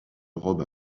robe